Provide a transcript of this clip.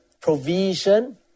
provision